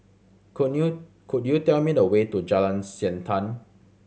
could you could you tell me the way to Jalan Siantan